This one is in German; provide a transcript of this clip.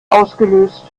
ausgelöst